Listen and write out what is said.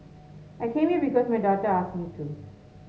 I came here because my daughter asked me to